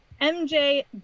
MJ